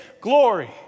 glory